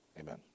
Amen